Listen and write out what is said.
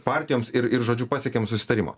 partijoms ir ir žodžiu pasiekiam susitarimą